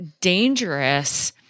dangerous